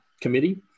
committee